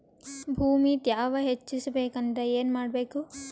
ಭೂಮಿ ತ್ಯಾವ ಹೆಚ್ಚೆಸಬೇಕಂದ್ರ ಏನು ಮಾಡ್ಬೇಕು?